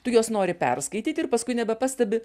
tu juos nori perskaityti ir paskui nebepastebi